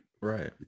right